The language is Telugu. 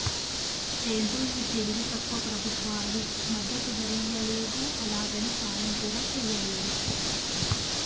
ఏంటో ఈ తెలివి తక్కువ ప్రభుత్వాలు మద్దతు ధరియ్యలేవు, అలాగని సాయం కూడా చెయ్యలేరు